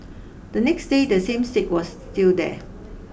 the next day the same stick was still there